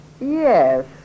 Yes